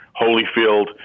Holyfield